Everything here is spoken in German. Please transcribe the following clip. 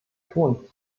tun